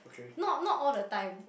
not not all the time